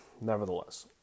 Nevertheless